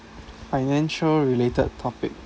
financial related topic